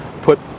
Put